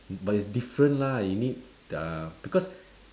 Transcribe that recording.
but it's different lah you need uh because